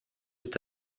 est